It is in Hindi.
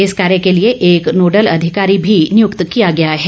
इस कार्य के लिए एक नोडल अधिकारी भी नियुक्त किया गया है